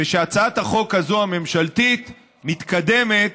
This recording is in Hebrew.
ושהצעת החוק הממשלתית הזאת מתקדמת,